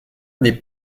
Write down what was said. n’est